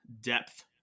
depth